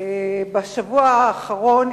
בשבוע האחרון,